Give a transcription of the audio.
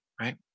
right